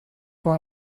for